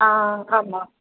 ஆ ஆமாம்